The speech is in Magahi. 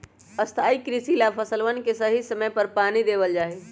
स्थाई कृषि ला फसलवन के सही समय पर पानी देवल जा हई